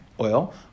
oil